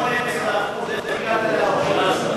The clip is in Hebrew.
מאותם 18% איך הגעת ל-40%?